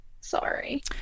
Sorry